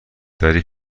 داری